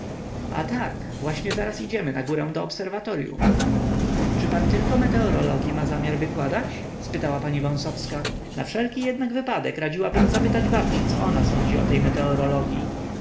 a tak właśnie zaraz idziemy na górę do obserwatoryum czy pan tylko meteorologii ma zamiar wykładać spytała pani wąsowska na wszelki jednak wypadek radziłabym zapytać babci co ona sądzi o tej meteorologii